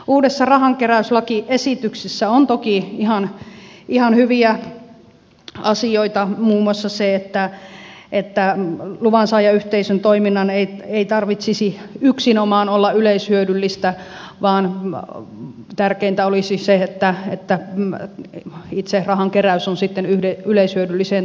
uudessa rahankeräyslakiesityksessä on toki ihan hyviä asioita muun muassa se että luvansaajayhteisön toiminnan ei tarvitsisi yksinomaan olla yleishyödyllistä vaan tärkeintä olisi se että itse rahankeräys on sitten yleishyödylliseen tarkoitukseen